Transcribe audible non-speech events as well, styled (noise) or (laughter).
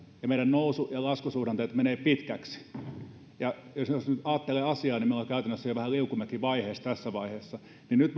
ja meidän nousu ja laskusuhdanteet menevät pitkäksi jos jos nyt ajattelee asiaa me olemme käytännössä jo vähän liukumäkivaiheessa tässä vaiheessa nyt (unintelligible)